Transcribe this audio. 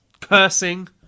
cursing